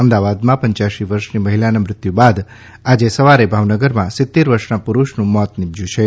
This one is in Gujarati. અમદાવાદમાં પંચ્યાંસી વર્ષની મહિલાના મુત્યુ બાદ આજે સવારે ભાવનગરમાં સિત્તેર વર્ષના પુરૂષનું મોત નિપશ્યું છે